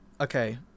Okay